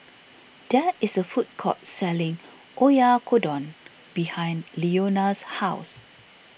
there is a food court selling Oyakodon behind Leona's house